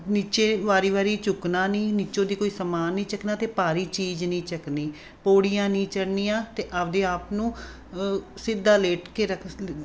ਨੀਚੇ ਵਾਰੀ ਵਾਰੀ ਝੁਕਣਾ ਨਹੀਂ ਨਿਚੋਂ ਦੀ ਕੋਈ ਸਮਾਨ ਨਹੀਂ ਚੱਕਣਾ ਅਤੇ ਭਾਰੀ ਚੀਜ਼ ਨਹੀਂ ਚੱਕਣੀ ਪੌੜੀਆਂ ਨਹੀਂ ਚੜ੍ਹਨੀਆਂ ਅਤੇ ਆਪਦੇ ਆਪ ਨੂੰ ਸਿੱਧਾ ਲੇਟ ਕੇ ਰਖ